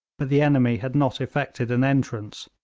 but the enemy had not effected an entrance,